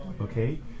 Okay